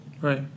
Right